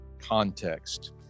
context